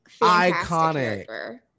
Iconic